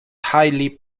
highly